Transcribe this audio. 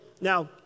Now